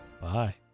Bye